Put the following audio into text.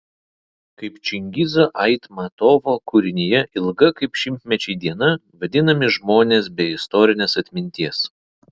kaip čingizo aitmatovo kūrinyje ilga kaip šimtmečiai diena vadinami žmonės be istorinės atminties